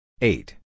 eight